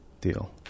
deal